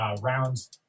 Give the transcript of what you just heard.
rounds